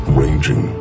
ranging